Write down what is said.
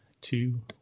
two